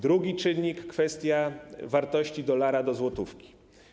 Drugi czynnik to kwestia wartości dolara do złotówki.